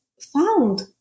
found